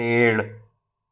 पेड़